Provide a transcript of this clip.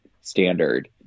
standard